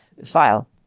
file